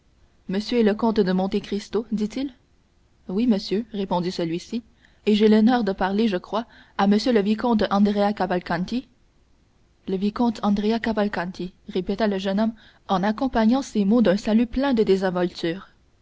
monsieur est le comte de monte cristo dit-il oui monsieur répondit celui-ci et j'ai l'honneur de parler je crois à monsieur le vicomte andrea cavalcanti le vicomte andrea cavalcanti répéta le jeune homme en accompagnant ces mots d'un salut plein de désinvolture